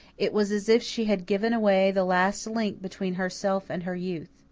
it was as if she had given away the last link between herself and her youth.